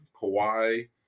Kawhi